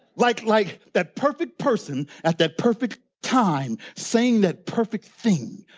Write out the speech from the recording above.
like like that perfect person at that perfect time saying that perfect thing,